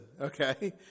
Okay